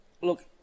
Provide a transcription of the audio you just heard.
look